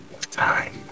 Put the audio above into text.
time